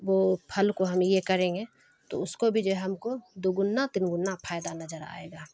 بوہ پھل کو ہم یہ کریں گے تو اس کو بھی جو ہے ہم کو دوگنا تین گنا فائدہ نظر آئے گا